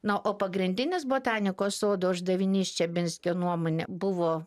na o pagrindinis botanikos sodo uždavinys čebinskio nuomone buvo